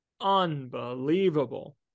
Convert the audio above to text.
unbelievable